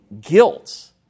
guilt